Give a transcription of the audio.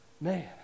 Man